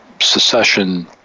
secession